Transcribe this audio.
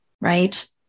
Right